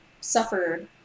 suffered